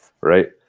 right